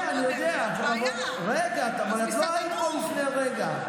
מסעדנות, רגע, אבל את לא היית פה לפני רגע.